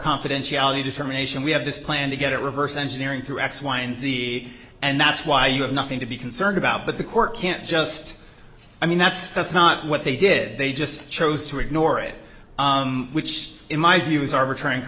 confidentiality determination we have this plan to get it reverse engineering through x y and z and that's why you have nothing to be concerned about but the court can't just i mean that's that's not what they did they just chose to ignore it which in my view